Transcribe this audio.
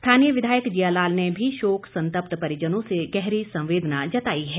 स्थानीय विधायक जिया लाल ने भी शोक संतप्त परिजनों से गहरी संवेदना व्यक्त की है